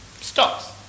Stops